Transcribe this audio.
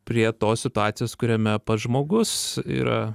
prie tos situacijos kuriame pats žmogus yra